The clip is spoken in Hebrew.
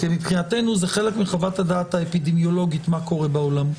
כי מבחינתנו זה חלק מחוות הדעת האפידמיולוגית מה קורה בעולם.